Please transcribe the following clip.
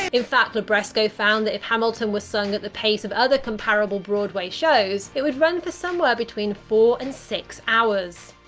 in fact, libresco found that if hamilton were sung at the pace of other comparable broadway shows, it would run for somewhere between four and six hours!